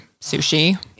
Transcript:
sushi